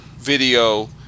video